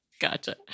Gotcha